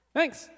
Thanks